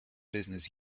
business